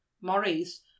maurice